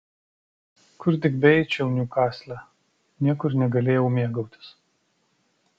kur tik beeičiau niukasle niekur negalėjau mėgautis